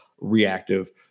reactive